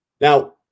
Now